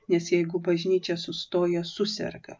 nes jeigu bažnyčia sustoja suserga